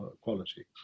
quality